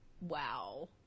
Wow